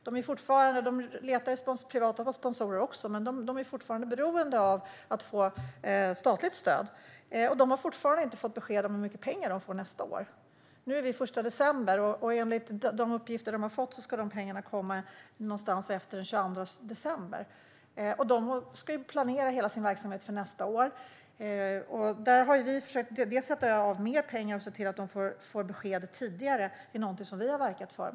De letar också efter privata sponsorer, men de är fortfarande beroende av statligt stöd, och de har fortfarande inte fått besked om hur mycket pengar de får nästa år. Nu är det den 1 december, och enligt de uppgifter de har fått ska pengarna komma någon gång efter den 22 december. Teach for Sweden ska nu planera hela sin verksamhet inför nästa år. Vi har verkat för att dels sätta av mer pengar, dels se till att de får besked tidigare.